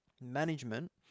management